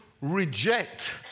reject